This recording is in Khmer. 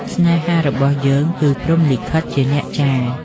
ស្នេហារបស់យើងគឺព្រហ្មលិខិតជាអ្នកចារ។